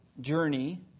journey